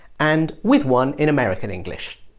and with one in american english.